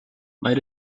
might